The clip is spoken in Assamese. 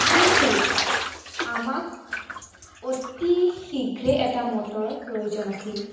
কিন্তু আমাক অতি শীঘ্ৰে এটা মটৰৰ প্ৰয়োজন আছিল